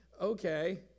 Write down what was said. okay